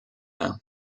now